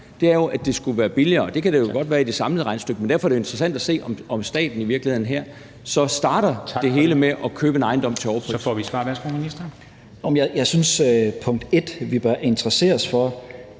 er, at det skulle være billigere, og det kan det jo godt være i det samlede regnestykke, men derfor er det jo interessant at se, om staten i virkeligheden så her starter det hele med at købe en ejendom til overpris. Kl. 13:56 Formanden (Henrik Dam Kristensen): Så